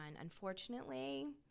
unfortunately